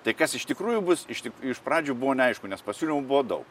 tai kas iš tikrųjų bus iš tik iš pradžių buvo neaišku nes pasiūlymų buvo daug